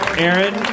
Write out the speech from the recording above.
Aaron